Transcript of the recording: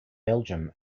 belgium